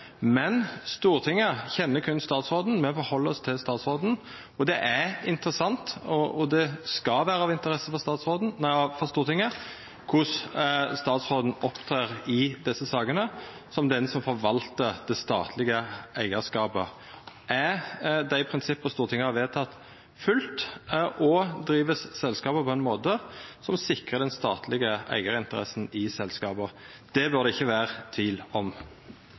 med å gjera. Det er interessant, og det skal vera av interesse for Stortinget, korleis statsråden opptrer i desse sakene, som den som forvaltar den statlege eigarskapen. Er dei prinsippa Stortinget har vedteke, følgde? Vert selskapet drive på ein måte som sikrar den statlege eigarinteressa i selskapet? Det bør det ikkje vera tvil om.